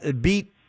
beat